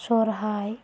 ᱥᱚᱦᱨᱟᱭ